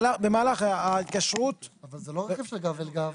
במהלך ההתקשרות --- אבל זה לא רכיב של גב אל גב.